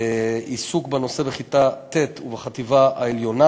עיסוק בנושא בכיתה ט' ובחטיבה העליונה,